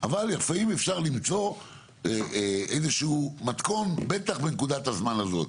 אבל לפעמים אפשר למצוא איזשהו מתכון בטח בנקודת הזמן הזאת.